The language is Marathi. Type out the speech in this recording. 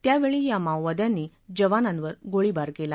त्यावेळी या माओवाद्यांनी जवानांवर गोळीबार केला